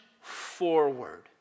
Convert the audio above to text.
forward